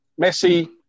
Messi